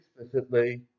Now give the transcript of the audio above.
explicitly